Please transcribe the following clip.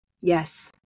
Yes